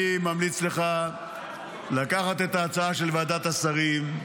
אני ממליץ לך לקחת את ההצעה של ועדת השרים,